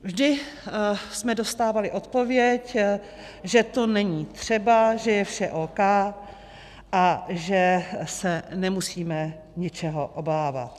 Vždy jsme dostávali odpověď, že to není třeba, že je vše OK a že se nemusíme ničeho obávat.